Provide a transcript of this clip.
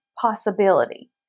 possibility